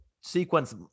sequence